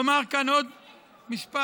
לומר כאן עוד משפט.